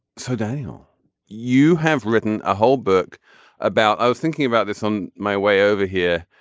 so daniel you have written a whole book about. i was thinking about this on my way over here.